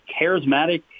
charismatic